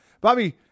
Bobby